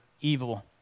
evil